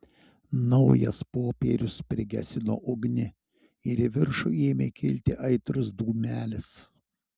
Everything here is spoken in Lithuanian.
naujas popierius prigesino ugnį ir į viršų ėmė kilti aitrus dūmelis